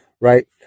right